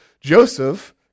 Joseph